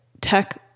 tech